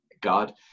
God